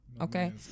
Okay